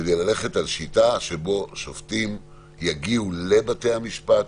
כדי ללכת על השיטה ששופטים יגיעו לבתי המשפט.